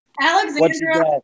Alexandra